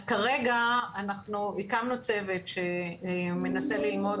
אז כרגע אנחנו הקמנו צוות שמנסה ללמוד